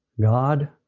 God